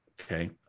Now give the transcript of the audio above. Okay